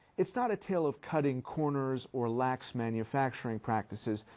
it's not a tale of cutting corners or lax manufacturing practices,